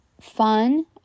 fun